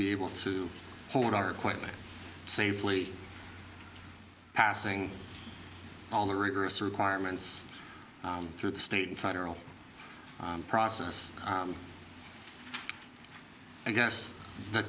be able to hold our equipment safely passing all the rigorous requirements through the state and federal process i guess the